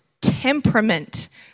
temperament